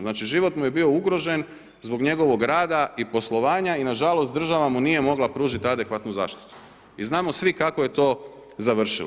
Znači život mu je bio ugrožen zbog njegovog rada i poslovanja i nažalost država mu nije mogla pružiti adekvatnu zaštitu i znamo svi kako je to završilo.